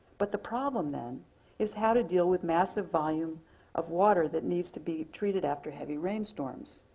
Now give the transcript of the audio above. but the problem then is how to deal with massive volume of water that needs to be treated after heavy rainstorms.